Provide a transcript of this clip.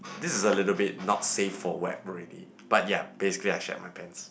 this is a little bit not safe for web already but yea basically I shat my pants